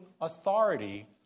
authority